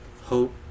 hope